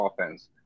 offense